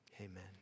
Amen